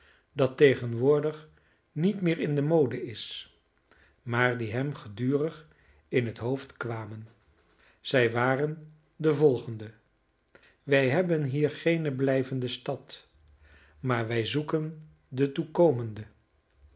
dat tegenwoordig niet meer in de mode is maar die hem gedurig in het hoofd kwamen zij waren de volgende wij hebben hier geene blijvende stad maar wij zoeken de toekomende